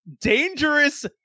dangerous